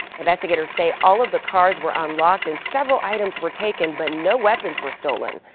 investigators say all of the cars were unlocked and several items were taken, but no weapons were stolen.